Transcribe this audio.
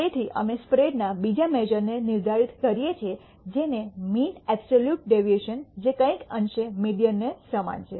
તેથી અમે સ્પ્રેડના બીજા મેશ઼રને નિર્ધારિત કરીએ છીએ જેને મીન અબ્સોલ્યૂટ ડેવિએશન જે કંઈક અંશે મીડીઅનને સમાન છે